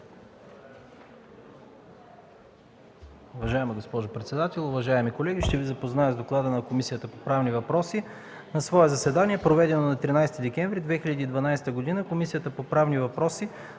Уважаема госпожо председател, уважаеми колеги, ще Ви запозная с Доклада на Комисията по правни въпроси. „На свое заседание, проведено на 13 декември 2012 г., Комисията по правни въпроси